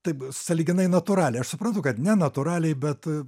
taip sąlyginai natūraliai aš suprantu kad nenatūraliai bet